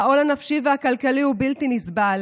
העול הנפשי והכלכלי הוא בלתי נסבל.